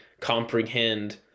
comprehend